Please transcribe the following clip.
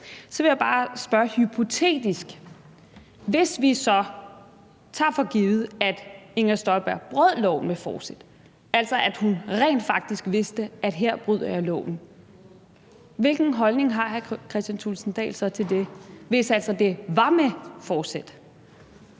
Så vil jeg bare spørge hypotetisk: Hvis vi så tager for givet, at Inger Støjberg brød loven med forsæt, altså at hun rent faktisk vidste, at her bryder jeg loven, hvilken holdning har hr. Kristian Thulesen Dahl så til det – hvis altså det var med forsæt?